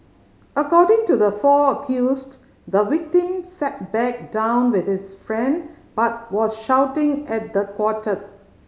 according to the four accused the victim sat back down with his friend but was shouting at the quartet